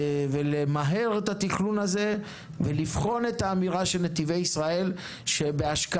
להאיץ את התכנון הזה ולבחון את האמירה של נתיבי ישראל שבהשקעה